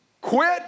Quit